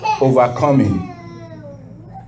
Overcoming